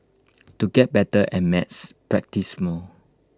to get better at maths practise more